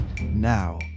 now